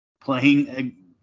playing